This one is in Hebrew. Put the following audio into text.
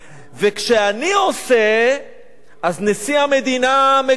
וכשאני עושה אז נשיא המדינה מגנה,